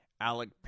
Alec